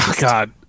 God